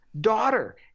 daughter